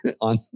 on